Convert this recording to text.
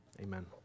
Amen